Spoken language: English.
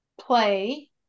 play